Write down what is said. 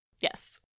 Yes